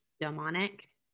demonic